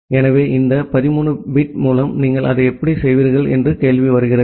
எனவே இந்த 13 பிட் மூலம் நீங்கள் அதை எப்படி செய்வீர்கள் என்ற கேள்வி வருகிறது